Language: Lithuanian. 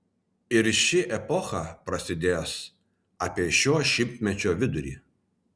ir ši epocha prasidės apie šio šimtmečio vidurį